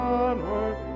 onward